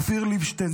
אופיר ליבשטיין,